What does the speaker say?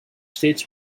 steeds